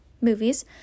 movies